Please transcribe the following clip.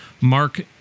Mark